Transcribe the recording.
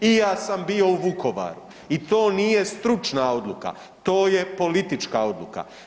I ja sam bio u Vukovaru i to nije stručna odluka, to je politička odluka.